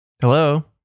Hello